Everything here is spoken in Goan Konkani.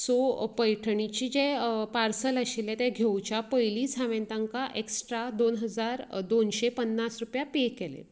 सो पैठणीची जे पार्सल आशिल्लें तें घेवच्या पयलींच हांवेन तांकां एक्ट्रा दोन हजार दोनशे पन्नास रुपया पे केले